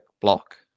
block